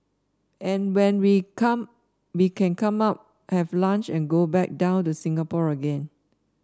and when we come we can come up have lunch and go back down to Singapore again